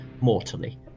mortally